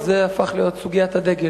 זה הפך להיות סוגיית הדגל.